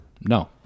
No